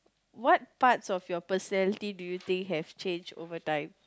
what parts of your personality do you think have changed over time